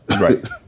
Right